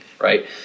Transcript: right